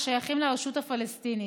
השייכים לרשות הפלסטינית.